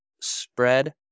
spread